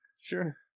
Sure